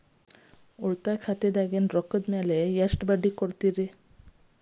ಉಳಿತಾಯ ಖಾತೆದಾಗಿನ ದುಡ್ಡಿನ ಮ್ಯಾಲೆ ಎಷ್ಟ ಬಡ್ಡಿ ಕೊಡ್ತಿರಿ?